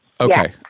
Okay